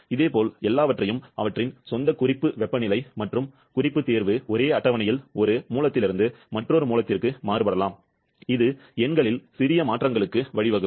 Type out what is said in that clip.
இதேபோல் எல்லாவற்றையும் அவற்றின் சொந்த குறிப்பு வெப்பநிலை மற்றும் குறிப்பு தேர்வு ஒரே அட்டவணையில் ஒரு மூலத்திலிருந்து மற்றொரு மூலத்திற்கு மாறுபடலாம் இது எண்களில் சிறிய மாற்றங்களுக்கு வழிவகுக்கும்